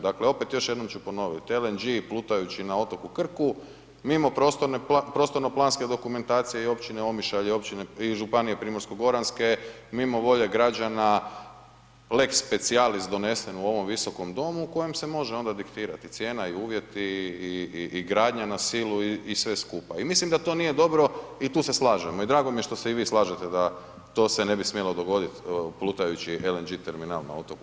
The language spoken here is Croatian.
Dakle opet još jednom ću ponovit, LNG plutajući na otoku Krku, mimo prostorno-planske dokumentacije i općine Omišalj i županije Primorsko-goranske, mimo volje građana, lex specialis donesen u ovom Visokom domu u kojem se može onda diktirati cijena i uvjeti i gradnja na silu i sve skupa i mislim da to nije dobro i tu se slažemo i drago mi je što se i vi slažete da to se ne bi smjelo dogoditi, plutajući LNG terminal na otoku Krku.